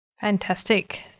Fantastic